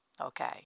Okay